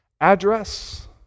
address